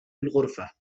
الغرفة